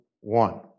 one